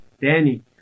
Danny